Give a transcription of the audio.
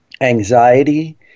anxiety